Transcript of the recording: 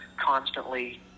constantly